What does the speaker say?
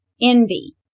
envy